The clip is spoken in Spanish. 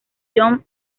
john